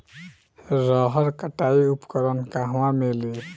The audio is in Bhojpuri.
रहर कटाई उपकरण कहवा मिली?